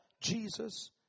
Jesus